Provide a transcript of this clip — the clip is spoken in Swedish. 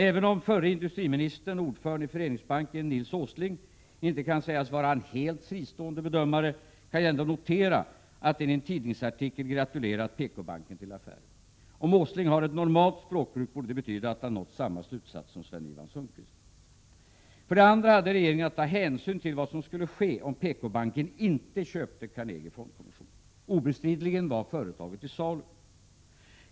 Även om förre industriministern, ordföranden i Föreningsbanken, Nils G Åsling, inte kan sägas vara en helt fristående bedömare, kan jag notera att han i en tidningsartikel gratulerat PKbanken till affären. Om Nils G Åsling har ett normalt språkbruk borde det betyda att han nått samma slutsats som Sven-Ivan Sundqvist. För det andra hade regeringen att ta hänsyn till vad som skulle ske om PKbanken inte köpte Carnegie Fondkommission. Obestridligen var företaget till salu.